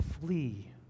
flee